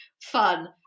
fun